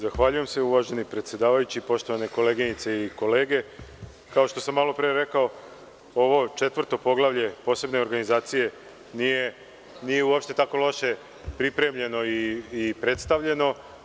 Zahvaljujem se uvaženi predsedavajući, poštovane koleginice i kolege, kao što sam malopre rekao ovo četvrto poglavlje posebne organizacije nije uopšte tako loše pripremljeno i predstavljeno.